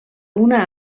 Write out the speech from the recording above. una